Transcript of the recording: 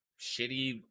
shitty